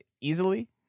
easily